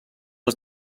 els